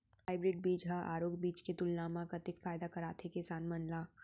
Hybrid बीज हा आरूग बीज के तुलना मा कतेक फायदा कराथे किसान मन ला?